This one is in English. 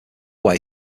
way